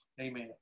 Amen